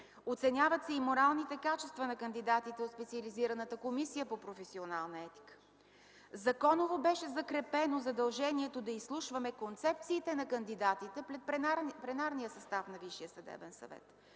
Оценяват се и моралните качества на кандидатите в Специализираната комисия по професионална етика. Законово беше закрепено задължението да изслушваме концепциите на кандидатите пред пленарния състав на Висшия съдебен съвет.